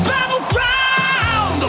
Battleground